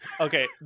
Okay